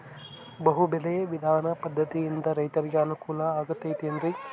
ಬಹು ಬೆಳೆ ವಿಧಾನ ಪದ್ಧತಿಯಿಂದ ರೈತರಿಗೆ ಅನುಕೂಲ ಆಗತೈತೇನ್ರಿ?